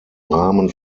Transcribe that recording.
rahmen